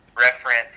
reference